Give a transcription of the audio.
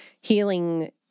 healing